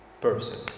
person